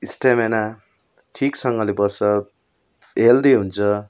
stamina ठिकसँगले बस्छ healthy हुन्छ